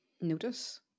notice